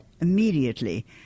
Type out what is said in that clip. immediately